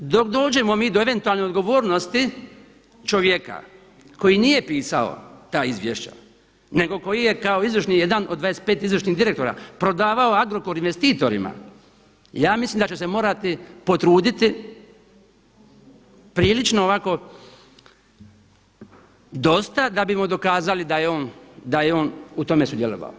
Prema tome, dok dođemo mi do eventualne odgovornosti čovjeka koji nije pisao ta izvješća nego koji je kao izvršni jedan od 25 izvršnih direktora prodavao Agrokor investitorima ja mislim da će se morati potruditi prilično ovako dosta da bismo dokazali da je on u tome sudjelovao.